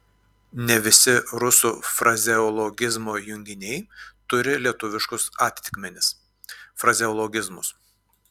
ne visi rusų frazeologizmo junginiai turi lietuviškus atitikmenis frazeologizmus